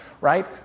Right